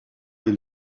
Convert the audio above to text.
est